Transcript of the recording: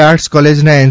arts કોલેજના N